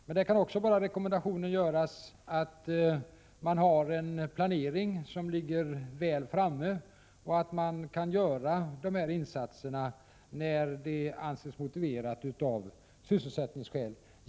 Här kan också bara rekommenderas att man har en planering som ligger väl framme och att man kan göra de aktuella insatserna när det anses motiverat av sysselsättningsskäl.